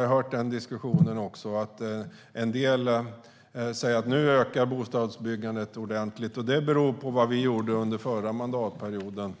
har hört diskussionen. En del säger: Nu ökar bostadsbyggandet ordentligt, och det beror på vad vi gjorde under förra mandatperioden.